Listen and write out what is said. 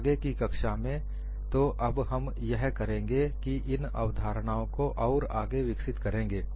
आगे की कक्षा में तो अब हम यह करेंगे कि इन अवधारणाओं को और आगे विकसित करेंगे